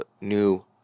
new